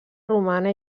romana